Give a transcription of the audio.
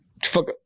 Fuck